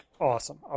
awesome